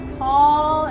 tall